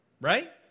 right